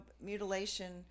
mutilation